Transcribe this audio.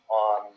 on